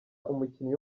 umukinnyi